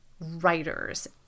writers